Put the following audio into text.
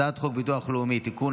הצעת חוק הביטוח הלאומי (תיקון,